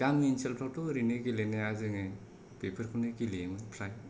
गामि ओनसोलफोरावथ' ओरैनो गेलेनाया जोङो बेफोरखौनो गेलेयोमोन फ्राय